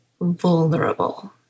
vulnerable